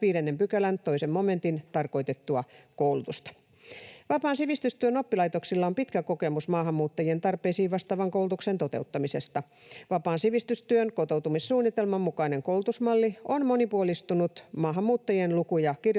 5 §:n 2 momentissa tarkoitettua koulutusta. Vapaan sivistystyön oppilaitoksilla on pitkä kokemus maahanmuuttajien tarpeisiin vastaavan koulutuksen toteuttamisesta. Vapaan sivistystyön kotoutumissuunnitelman mukainen koulutusmalli on monipuolistanut maahanmuuttajien luku‑ ja kirjoitustaidon